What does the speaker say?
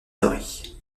abris